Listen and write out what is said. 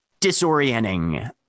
disorienting